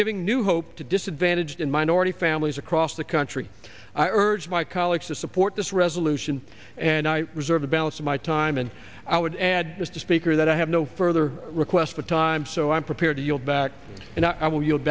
giving new hope to disadvantaged and minority families across the country i urge my colleagues to support this resolution and i reserve the balance of my time and i would add mr speaker that i have no further requests for time so i'm prepared to yield back and i will y